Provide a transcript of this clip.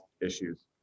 issues